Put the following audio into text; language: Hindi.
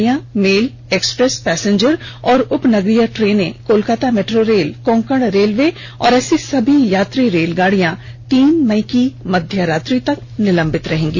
भारतीय रेल की प्रीमियम रेलगाडियां मेल एक्सप्रेस पैसेंजर और उपनगरीय ट्रेनें Kolkata metro rail Konkan railway और ऐसी सभी यात्री रेलगाडियां तीन मई की मध्य रात्रि तक निलंबित रहेंगी